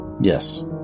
yes